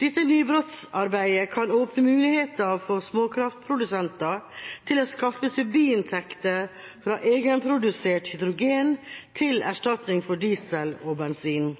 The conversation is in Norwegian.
å skaffe seg biinntekter fra egenprodusert hydrogen til erstatning for diesel og bensin.